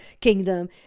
kingdom